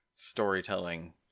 storytelling